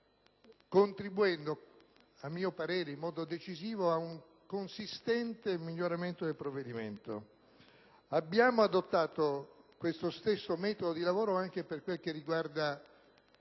contribuendo, a mio parere, in modo decisivo a un consistente miglioramento del provvedimento. Abbiamo adottato lo stesso metodo di lavoro anche per quanto riguarda